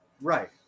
Right